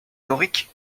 dorique